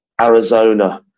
Arizona